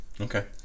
Okay